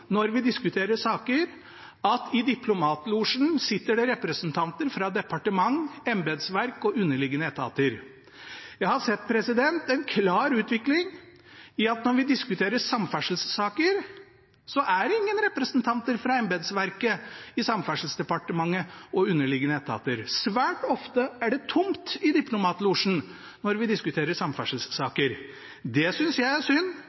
når vi diskuterer saker – at det i diplomatlosjen sitter representanter fra departement, embetsverk og underliggende etater. Jeg har sett en klar utvikling i at når vi diskuterer samferdselssaker, så er det ingen representanter fra embetsverket, Samferdselsdepartementet eller underliggende etater til stede. Svært ofte er det tomt i diplomatlosjen når vi diskuterer samferdselssaker. Det synes jeg er synd,